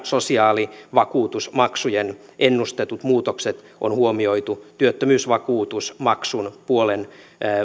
sosiaalivakuutusmaksujen ennustetut muutokset on huomioitu työttömyysvakuutusmaksun nolla pilkku viiden